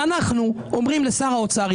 ואנחנו אומרים לשר האוצר,